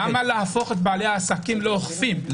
למה להפוך את בעלי העסקים לאוכפים?